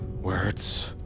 words